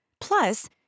Plus